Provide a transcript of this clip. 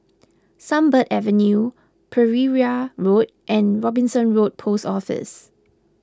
Sunbird Avenue Pereira Road and Robinson Road Post Office